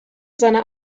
seiner